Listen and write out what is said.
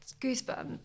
goosebumps